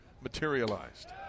materialized